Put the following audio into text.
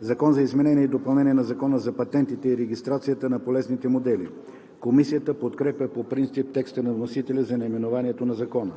„Закон за изменение и допълнение на Закона за патентите и регистрацията на полезните модели (обн., ДВ, бр. …)“.“ Комисията подкрепя по принцип текста на вносителя за наименованието на Закона.